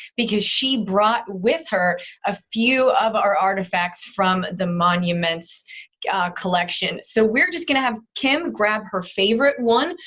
because she brought with her a few of our artefacts from the monuments collection. so we are just going to have kim grab her favorite one,